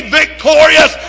victorious